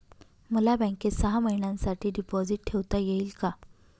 मला बँकेत सहा महिन्यांसाठी डिपॉझिट ठेवता येईल का?